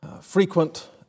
frequent